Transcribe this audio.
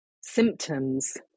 symptoms